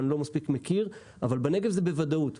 אני לא מספיק מכיר, אבל בנגב זה בוודאות.